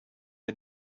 are